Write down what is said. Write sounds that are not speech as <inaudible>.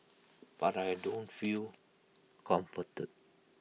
but I <noise> don't feel comforted